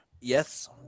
Yes